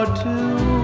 two